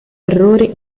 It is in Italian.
errori